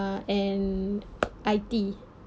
uh and I_T